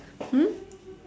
hmm